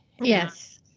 Yes